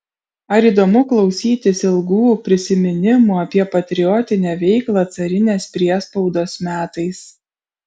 ar įdomu klausytis ilgų prisiminimų apie patriotinę veiklą carinės priespaudos metais